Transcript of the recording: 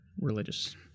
religious